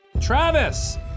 Travis